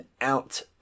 out